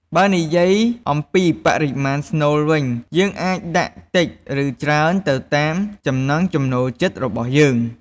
បើនិយាយអំពីបរិមាណស្នូលវិញ យើងអាចដាក់តិច ឬច្រើនទៅតាមចំណង់ចំណូលចិត្តរបស់យើង។